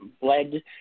bled